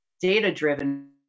data-driven